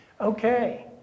okay